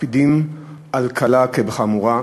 מקפידים על קלה כחמורה,